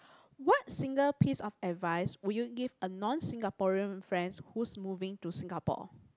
what single piece of advice would you give a non Singaporean friend who's moving to Singapore